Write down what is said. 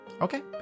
okay